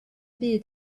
byd